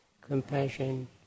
compassion